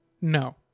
No